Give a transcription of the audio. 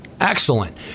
Excellent